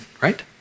right